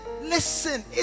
listen